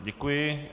Děkuji.